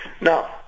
Now